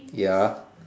ya